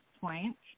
point